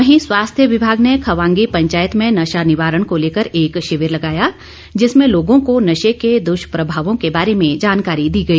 वहीं स्वास्थ्य विभाग ने खंवागी पंचायत में नशा निवारण को लेकर एक शिविर लगाया जिसमें लोगों को नशे के द्वष्प्रभावों के बारे मे जानकरी दी गई